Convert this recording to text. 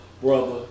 brother